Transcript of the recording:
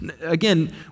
again